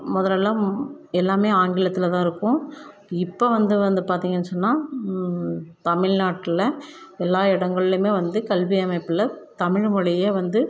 முதலல்லாம் எல்லாமே ஆங்கிலத்தில் தான் இருக்கும் இப்போ வந்து வந்து பார்த்தீங்கன்னு சொன்னா தமிழ்நாட்டில் எல்லா இடங்கள்லயுமே வந்து கல்வி அமைப்பில் தமிழ்மொழியே வந்து